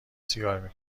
سیگار